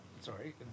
Sorry